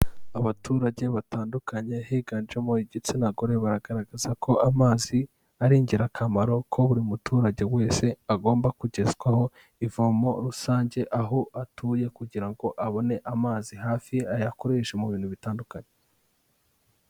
Abaturage batandukanye higanjemo igitsina gore, baragaragaza ko amazi ari ingirakamaro ko buri muturage wese agomba kugezwaho ivomo rusange, aho atuye kugira ngo abone amazi hafi ye, ayakoreshe mu bintu bitandukanye.